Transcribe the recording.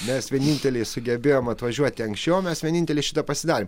mes vieninteliai sugebėjom atvažiuoti anksčiau mes vieninteliai šitą pasidarėm